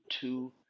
two